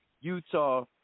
Utah